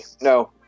No